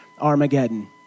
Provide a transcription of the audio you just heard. Armageddon